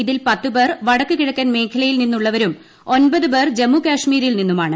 ഇതിൽ പത്ത് പേർ വടക്കു കിഴക്കൻ മേഖലയിൽ നിന്നുള്ളവരും ഒൻപത് പേർ ജമ്മുകാശ്മീരിൽ നിന്നുമാണ്